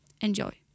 Enjoy